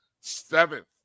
seventh